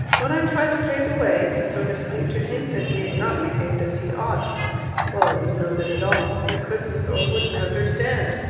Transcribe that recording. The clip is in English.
when i tried to pave the way, so to speak to hint that he had not behaved as he ought well, it was no good at all. he couldn't or wouldn't understand.